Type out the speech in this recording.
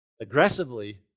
aggressively